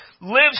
lives